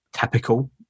typical